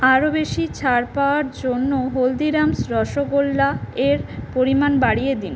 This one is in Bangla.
আরও বেশি ছাড় পাওয়ার জন্য হলদিরামস রসগোল্লা এর পরিমাণ বাড়িয়ে দিন